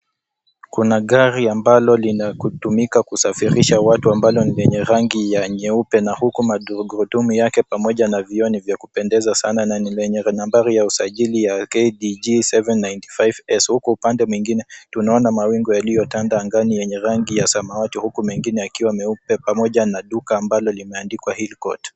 Kuna gari ambalo linakutumika kusafirisha watu ambalo ni lenye rangi ya nyeupe na huku magurudumu yake pamoja na vioo ni vya kupendeza sana na ni lenye nambari ya usajili KDG 795S. Huku upande mwingine, tunaona mawingu yaliyotanda angani yenye rangi ya samawati huku mengine yakiwa meupe pamoja na duka ambalo limeandikwa hill court.